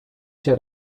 cię